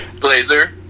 Blazer